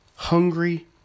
hungry